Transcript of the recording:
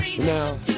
Now